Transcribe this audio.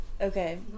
Okay